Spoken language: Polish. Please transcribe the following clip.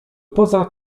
poza